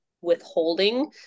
withholding